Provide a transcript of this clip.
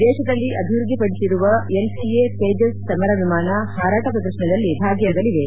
ದೇತದಲ್ಲಿ ಅಭಿವೃದ್ಧಿಪಡಿಸಿರುವ ಎಲ್ಸಿಎ ತೇಜಸ್ ಸಮರ ವಿಮಾನ ಹಾರಾಟ ಪ್ರದರ್ಶನದಲ್ಲಿ ಭಾಗಿಯಾಗಲಿವೆ